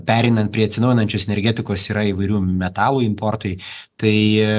pereinant prie atsinaujinančios energetikos yra įvairių metalų importai tai